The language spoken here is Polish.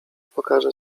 pokażę